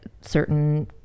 certain